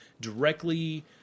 directly